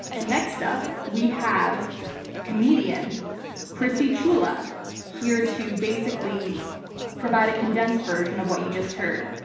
and next up we have comedian krissychula here to basically provide a condensed version of what you just heard.